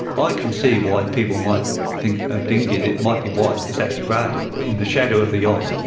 i can see why people might think a dinghy that might be white is actually grey in the shadow of the yacht.